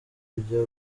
kujya